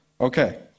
Okay